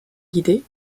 guidée